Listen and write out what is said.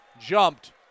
jumped